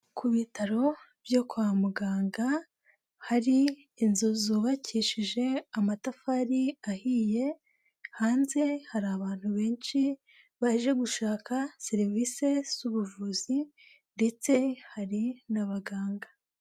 Ku bitaro byo kwa muganga hari inzu zubakishije amatafari ahiye, hanze hari abantu benshi baje gushaka serivisi z'ubuvuzi, ndetse hari n'abaganga.